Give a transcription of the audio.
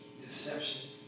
deception